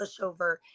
pushover